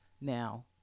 Now